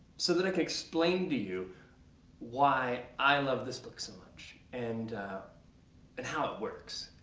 so that i can explain to you why i love this book so much and and how it works.